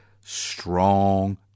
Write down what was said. strong